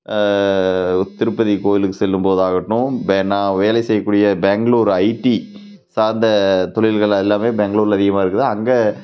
திருப்பதி கோவிலுக்கு செல்லும் போதாகட்டும் பே நான் வேலை செய்யக்கூடிய பெங்களூரு ஐடி சார்ந்த தொழில்கள் எல்லாம் பெங்களூரில் அதிகமாக இருக்குது அங்கே